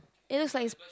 it looks like it's